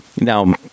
now